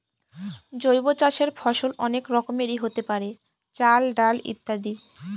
জৈব চাষের ফসল অনেক রকমেরই হতে পারে, চাল, ডাল ইত্যাদি